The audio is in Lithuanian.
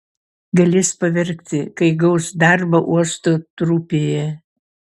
galės paverkti kai gaus darbą uosto trupėje